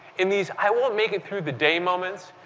in these i will make it through the day moments,